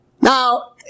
Now